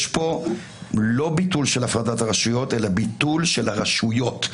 יש כאן לא ביטול של הפרדת הרשויות אלא ביטול של הרשויות,